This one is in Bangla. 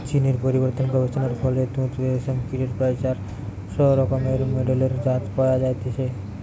জীন এর পরিবর্তন গবেষণার ফলে তুত বা রেশম কীটের প্রায় চারশ রকমের মেডেলের জাত পয়া যাইছে